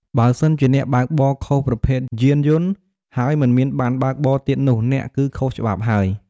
បើសិនជាអ្នកបើកបរខុសប្រភេទយានយន្ដ ហើយមិនមានប័ណ្ណបើកបរទៀតនោះ អ្នកគឺខុសច្បាប់ហើយ។